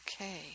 okay